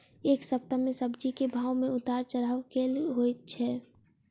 एक सप्ताह मे सब्जी केँ भाव मे उतार चढ़ाब केल होइ छै?